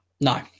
No